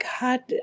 God